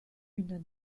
une